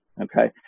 Okay